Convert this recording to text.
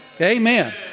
Amen